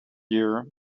year